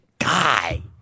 guy